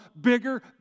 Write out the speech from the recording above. Bigger